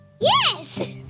Yes